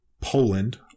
Poland